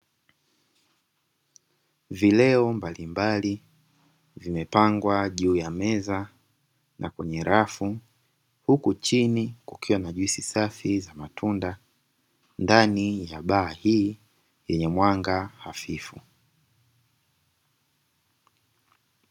Mashine ya maziwa imesimama ndani ya duka la maziwa ikiwa katika mpangilio safi na wa kuvutia, ikitoa huduma ya kupima na kujaza maziwa kwa urahisi. Huku rafu zilizo karibu zikiwa na bidhaa nyingine za maziwa, zilizowekwa kwa utaratibu zikiwa zinawaashiria wateja kupata wanachokita kwa haraka.